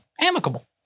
amicable